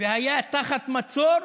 והיה תחת מצור,